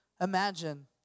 Imagine